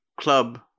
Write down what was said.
club